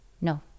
No